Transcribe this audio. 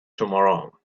tomorrow